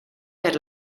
per